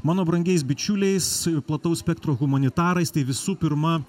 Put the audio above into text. mano brangiais bičiuliais plataus spektro humanitarais tai visų pirma